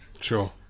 sure